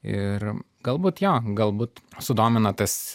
ir galbūt jo galbūt sudomino tas